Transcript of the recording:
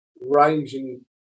ranging